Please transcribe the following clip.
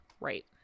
right